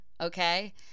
okay